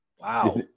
Wow